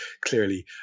clearly